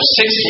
six